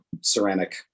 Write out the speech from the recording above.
ceramic